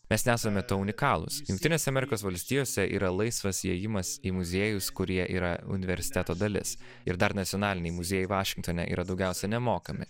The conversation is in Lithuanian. mes nesame tuo unikalūs jungtinėse amerikos valstijose yra laisvas įėjimas į muziejus kurie yra universiteto dalis ir dar nacionaliniai muziejai vašingtone yra daugiausia nemokami